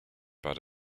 but